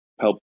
help